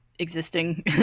Existing